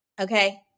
okay